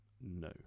No